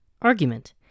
Argument